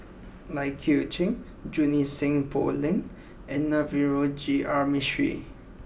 Lai Kew Chai Junie Sng Poh Leng and Navroji R Mistri